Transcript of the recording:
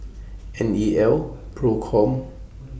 N E L PROCOM